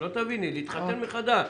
שלא תביני, להתחתן מחדש.